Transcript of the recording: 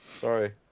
Sorry